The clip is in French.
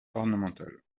ornemental